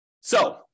So-